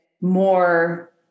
more